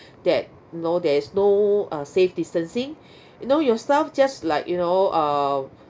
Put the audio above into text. that know there is no uh safe distancing you know your staff just like you know err